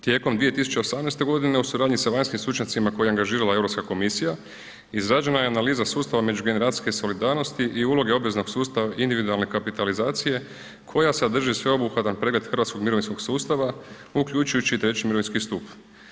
Tijekom 2018.g. u suradnji sa vanjskim stručnjacima koje je angažirala Europska komisija, izrađena je analiza sustava međugeneracijske solidarnosti i uloge obveznog sustava individualne kapitalizacije koja sadrži sveobuhvatan pregled hrvatskog mirovinskog sustava uključujući i treći mirovinski stup.